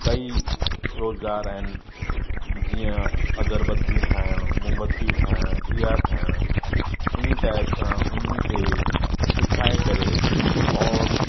कई रोजगार आहिनि जीअं अगरबतियूं ठाहिण मोमबतियूं ठाहिण डिया ठाहिण इन टाइम सां उन्हनि खे सिखाए करे और